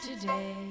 today